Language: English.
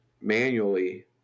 manually